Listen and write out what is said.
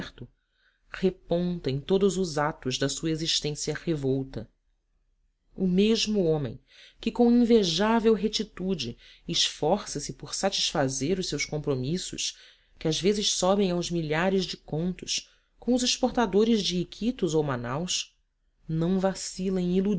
deserto reponta em todos os atos da sua existência revolta o mesmo homem que com invejável retitude esforça se por satisfazer os seus compromissos que às vezes sobem a milhares de contos com os exportadores de iquitos ou manaus não vacila